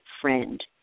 friend